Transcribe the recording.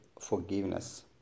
forgiveness